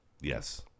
Yes